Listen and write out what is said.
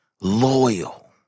Loyal